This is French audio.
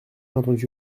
entendu